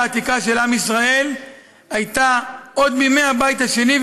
העתיקה של עם ישראל הייתה עוד מימי הבית השני,